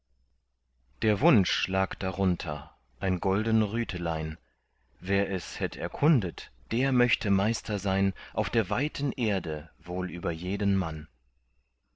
der wunsch lag darunter ein golden rütelein wer es hätt erkundet der möchte meister sein auf der weiten erde wohl über jeden mann